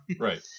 Right